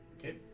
Okay